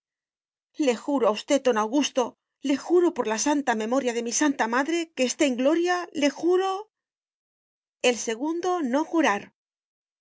le juro a usted don augusto le juro por la santa memoria de mi santa madre que esté en gloria le juro el segundo no jurar